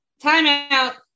Timeout